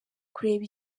kureba